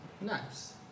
Nice